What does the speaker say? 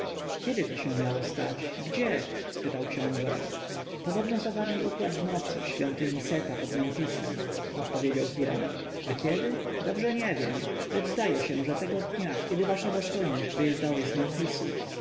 kiedy to się miało stać gdzie spytał książę podobno zawarli układ w nocy w świątyni seta pod memfisem odpowiedział hiram a kiedy dobrze nie wiem lecz zdaje się że tego dnia kiedy wasza dostojność wyjeżdżałeś z memfisu a